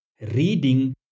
reading